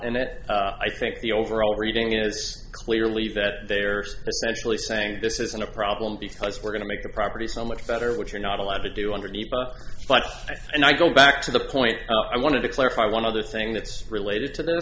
and it i think the overall reading is clearly that they are essentially saying this isn't a problem because we're going to make the property so much better which you're not allowed to do underneath but i go back to the point i wanted to clarify one other thing that's related to th